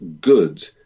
good